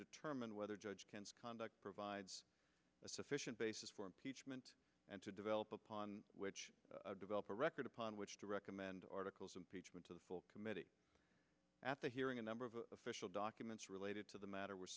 determine whether judge conduct provides a sufficient basis for impeachment and to develop upon which to develop a record upon which to recommend articles impeachment to the full committee at the hearing a number of official documents related to the matter w